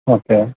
okay